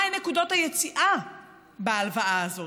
מהן נקודות היציאה בהלוואה הזאת,